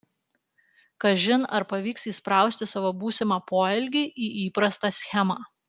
kažin ar pavyks įsprausti savo būsimą poelgį į įprastą schemą